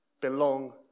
belong